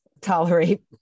tolerate